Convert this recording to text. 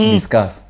Discuss